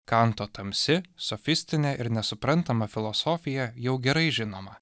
kanto tamsi sofistinė ir nesuprantama filosofija jau gerai žinoma